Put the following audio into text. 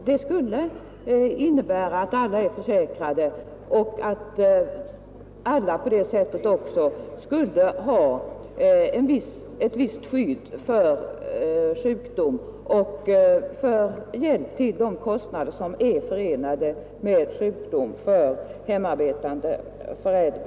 Det skulle innebära att alla är försäkrade och att alla på det sättet också skulle ha ett visst skydd vid sjukdom och hjälp till de kostnader som är förenade med sjukdom för hemarbetande förälder.